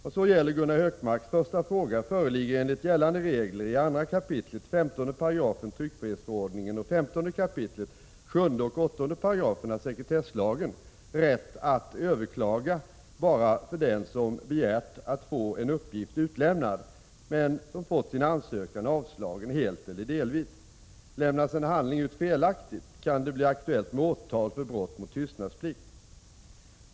Vad så gäller Gunnar Hökmarks första fråga föreligger enligt gällande regler i 2 kap. 15 § tryckfrihetsförordningen och 15 kap. 7 och 8 §§ sekretesslagen rätt att överklaga endast för den som begärt att få en uppgift utlämnad men fått sin ansökan avslagen helt eller delvis. Lämnas en handling ut felaktigt kan det bli aktuellt med åtal för brott mot tystnadsplikt.